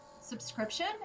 subscription